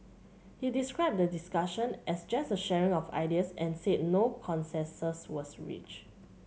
he described the discussion as just a sharing of ideas and said no consensus was reached